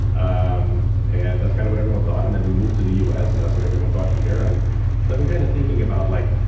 um and that's kind of what everyone thought. and then, we moved to the us, and that's what everyone thought here. and i've been kind of thinking about like